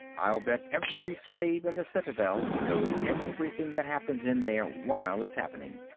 i'll bet every slave in the citadel knows everything that happens in there while it's happening.